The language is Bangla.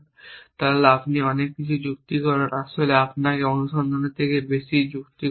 তবে আপনি অনেক যুক্তি করেন আসলে আপনাকে অনুসন্ধানের চেয়ে বেশি যুক্তি করার কথা